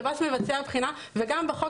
שירות בתי הסוהר מבצע בחינה וגם בחוק